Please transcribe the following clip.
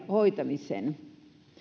hoitamiseen